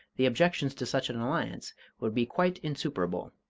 the objections to such an alliance would be quite insuperable.